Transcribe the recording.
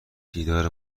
دیدار